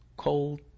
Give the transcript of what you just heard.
Cold